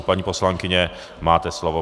Paní poslankyně, máte slovo.